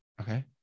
Okay